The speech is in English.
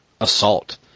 assault